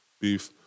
beef